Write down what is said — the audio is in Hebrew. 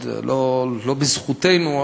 לא בזכותנו,